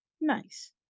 nice